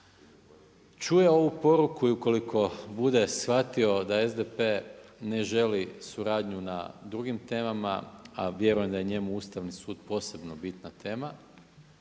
čuje ovu poruku i ukoliko bude shvatio da SDP ne želi suradnju na drugim temama, a vjerujem da je njemu Ustavni sud posebno bitna tema,